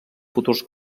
futurs